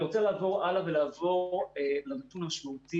אני רוצה לעבור הלאה ולעבור לנתון משמעותי